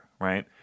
Right